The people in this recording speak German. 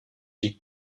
die